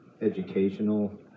educational